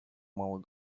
малых